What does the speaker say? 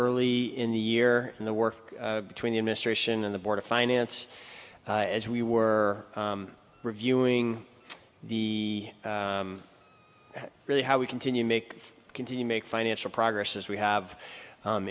early in the year in the work between the administration and the board of finance as we were reviewing the really how we continue make continue make financial progress as we have